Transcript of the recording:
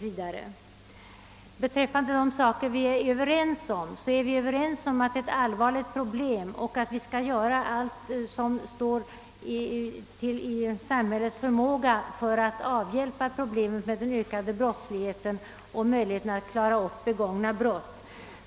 Vi är överens om att detta är ett allvarligt problem och att vi skall göra allt som står i samhällets förmåga för att avhjälpa problemen med den ökade brottsligheten och öka möjligheterna att klara upp begångna brott.